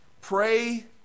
Pray